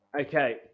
Okay